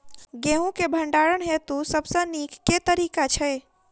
गेंहूँ केँ भण्डारण हेतु सबसँ नीक केँ तरीका छै?